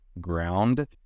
ground